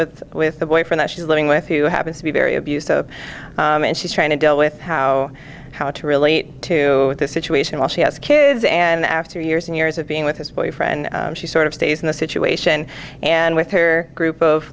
with with the boyfriend she's living with who happens to be very abusive and she's trying to deal with how how to relate to this situation while she has kids and after years and years of being with his boyfriend she sort of stays in the situation and with her group of